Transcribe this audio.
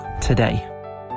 today